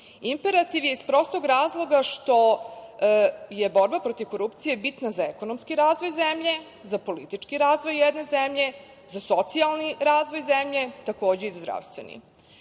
Imperativ je iz prostog razloga što je borba protiv korupcije bitna za ekonomski razvoj zemlje, za politički razvoj jedne zemlje, za socijalni razvoj zemlje, takođe i za zdravstveni. Danas